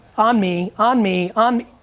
on me, on me, on